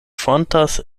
fontas